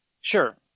Sure